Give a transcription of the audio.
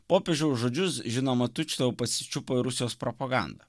popiežiaus žodžius žinoma tučtuojau pasičiupo rusijos propaganda